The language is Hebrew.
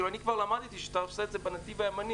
אני כבר למדתי שאתה עושה את זה בנתיב הימני